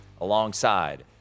alongside